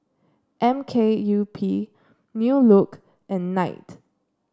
M K U P New Look and Night